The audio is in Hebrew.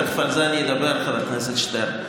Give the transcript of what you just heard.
תכף אני אדבר על זה, חבר הכנסת שטרן.